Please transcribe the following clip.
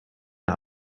der